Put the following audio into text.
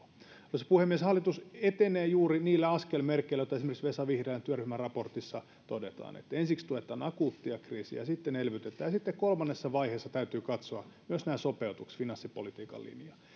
arvoisa puhemies hallitus etenee juuri niillä askelmerkeillä jotka esimerkiksi vesa vihriälän työryhmän raportissa todetaan ensiksi tuetaan akuuttia kriisiä sitten elvytetään ja sitten kolmannessa vaiheessa täytyy katsoa myös nämä sopeutukset finanssipolitiikan linja